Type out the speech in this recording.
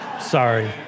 sorry